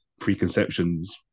preconceptions